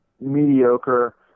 mediocre